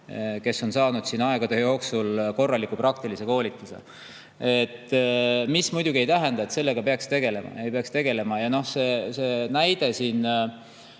kes on saanud siin aegade jooksul korraliku praktilise koolituse. See muidugi ei tähenda, et sellega ei peaks tegelema. Ja see näide siin,